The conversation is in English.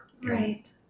Right